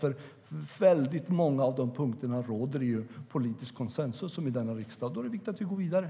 Om väldigt många av de punkterna råder det politisk konsensus i denna riksdag. Då är det viktigt att vi går vidare.